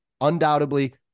Undoubtedly